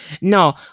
no